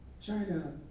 China